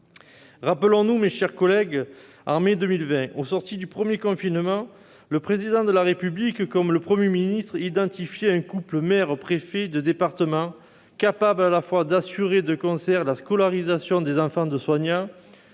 Souvenons-nous, mes chers collègues, au mois de mai 2020, au sortir du premier confinement, le Président de la République, comme le Premier ministre, identifiait un couple maire-préfet de département, capable non seulement d'assurer de concert la scolarisation des enfants de soignants,